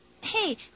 hey